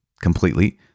completely